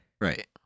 Right